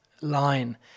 line